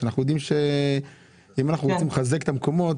כי אם אנחנו רוצים לחזק את המקומות,